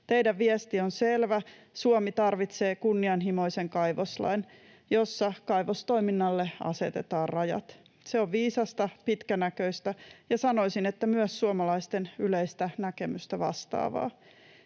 Teidän viestinne on selvä: Suomi tarvitsee kunnianhimoisen kaivoslain, jossa kaivostoiminnalle asetetaan rajat. Se on viisasta, pitkänäköistä, ja sanoisin, että myös suomalaisten yleistä näkemystä vastaavaa.